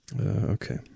Okay